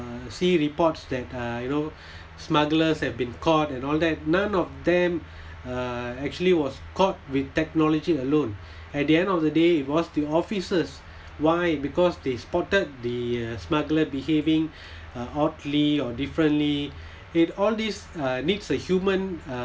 see reports that uh you know smugglers have been caught and all that none of them uh actually was caught with technology alone at the end of the day it was the officers why because they spotted the uh smuggler behaving uh oddly or differently it all these uh needs a human uh